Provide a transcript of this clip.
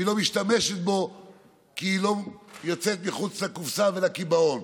והיא לא משתמשת בו כי היא לא יוצאת מחוץ לקופסה ולקיבעון.